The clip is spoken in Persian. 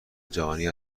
جهانی